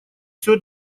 все